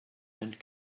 and